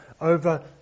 over